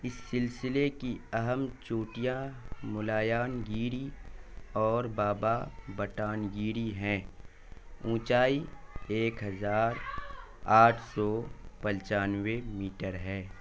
اس سلسلے کی اہم چوٹیاں ملایانگیری اور بابا بدانگیری ہیں اونچائی ایک ہزار آٹھ سو پنچانوے میٹر ہے